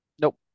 Nope